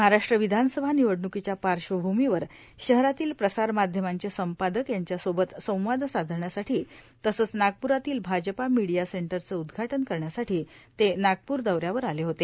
महाराष्ट् विधानसभा निवडण्कीच्या पार्श्वभूमीवर शहरातील प्रसारमाध्यमांचे संपादक यांच्यासोबत संवाद साधण्यासाठी तसेच नागप्रातील भाजपा मीडीया सेंटरचे उद्घाटन करण्यासाठी ते नागपूर दौ यावर आले होते